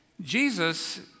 Jesus